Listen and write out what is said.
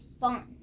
fun